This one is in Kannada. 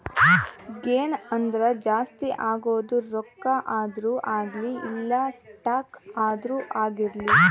ಗೇನ್ ಅಂದ್ರ ಜಾಸ್ತಿ ಆಗೋದು ರೊಕ್ಕ ಆದ್ರೂ ಅಗ್ಲಿ ಇಲ್ಲ ಸ್ಟಾಕ್ ಆದ್ರೂ ಆಗಿರ್ಲಿ